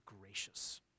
gracious